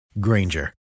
Granger